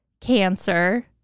cancer